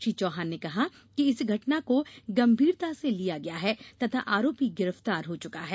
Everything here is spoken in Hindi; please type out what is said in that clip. श्री चौहान ने कहा कि इस घटना को गंभीरता से लिया गया तथा आरोपी गिरफ्तार हो चुका है